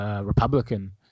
Republican